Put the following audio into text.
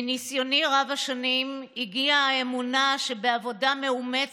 מניסיוני רב-השנים הגיעה האמונה שבעבודה מאומצת,